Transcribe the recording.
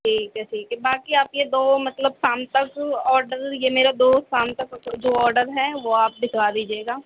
ٹھیک ہے ٹھیک ہے باقی آپ یہ دو مطلب شام تک آڈر یہ میرا دو شام تک جو آڈر ہے وہ آپ بھجوا دیجیے گا